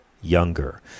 younger